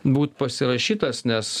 būt pasirašytas nes